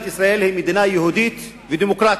ישראל היא מדינה יהודית ודמוקרטית.